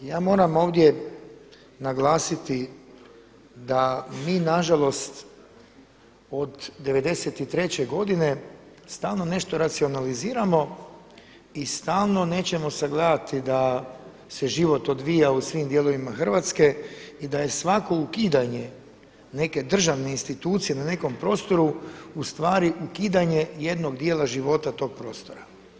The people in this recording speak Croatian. I ja moram ovdje naglasiti da mi nažalost od '93. godine stalno nešto racionaliziramo i stalno nećemo sagledati da se život odvija u svim dijelovima Hrvatske i da je svako ukidanje neke državne institucije na nekom prostoru ustvari ukidanje jednog dijela života tog prostora.